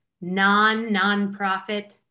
non-nonprofit